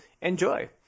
enjoy